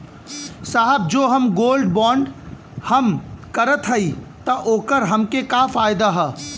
साहब जो हम गोल्ड बोंड हम करत हई त ओकर हमके का फायदा ह?